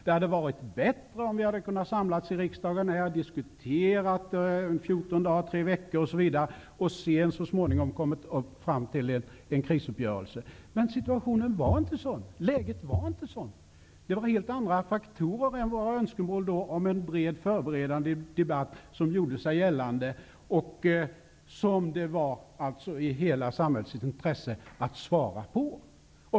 Det hade varit bättre om vi hade kunnat samlas här i riksdagen, kunnat diskutera i fjorton dagar, tre veckor och sedan så småningom kommit fram till en krisuppgörelse. Men läget var inte sådant. Det var då helt andra faktorer som gjorde sig gällande än önskemålet om en bred förberedande debatt, faktorer som det låg i hela samhällets intresse att vi svarade på.